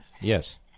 Yes